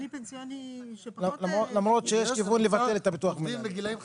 זה כלי פנסיוני שפחות --- למרות שיש כיוון לבטל את הביטוח מנהלים.